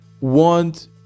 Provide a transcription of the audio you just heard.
want